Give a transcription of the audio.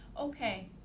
Okay